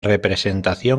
representación